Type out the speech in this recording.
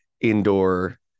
indoor